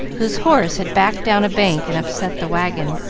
whose horse had backed down a bank and upset the wagon.